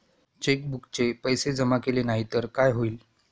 चेकबुकचे पैसे जमा केले नाही तर काय होईल?